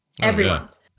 Everyone's